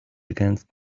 against